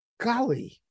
golly